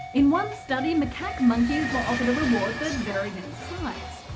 in one study, macaque monkeys were offered a rewarded that varied in size.